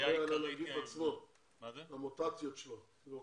המוטציות שלו.